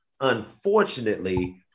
unfortunately